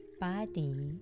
body